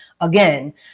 again